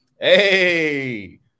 Hey